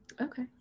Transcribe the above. Okay